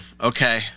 okay